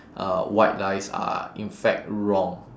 uh white lies are in fact wrong